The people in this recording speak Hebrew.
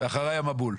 ואחריי המבול.